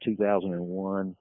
2001